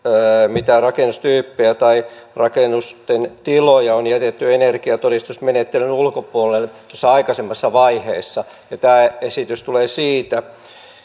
mitä rakennustyyppejä tai rakennusten tiloja on jätetty energiatodistusmenettelyn ulkopuolelle tuossa aikaisemmassa vaiheessa ja tämä esitys tulee siitä